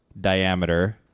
diameter